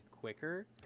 quicker